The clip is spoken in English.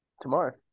tomorrow